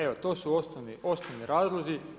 Evo to su osnovni razlozi.